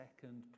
second